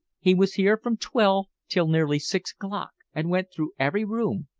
he was here from twelve till nearly six o'clock, and went through every room,